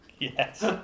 Yes